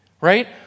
right